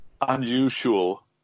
unusual